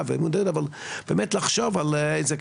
באמת לחשוב על זה.